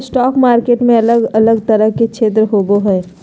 stock market में अलग अलग तरह के क्षेत्र होबो हइ